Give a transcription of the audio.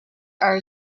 are